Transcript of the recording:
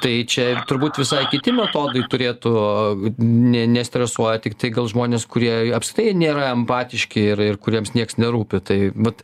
tai čia turbūt visai kiti metodai turėtų ne nestresuoja tiktai gal žmonės kurie apskritai nėra empatiški ir ir kuriems nieks nerūpi tai vat